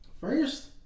First